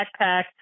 backpack